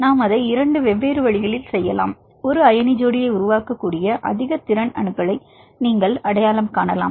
நாம் அதை இரண்டு வெவ்வேறு வழிகளில் செய்யலாம் ஒரு அயனி ஜோடியை உருவாக்கக்கூடிய அதிக திறன் அணுக்களை நீங்கள் அடையாளம் காணலாம்